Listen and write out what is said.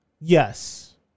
Yes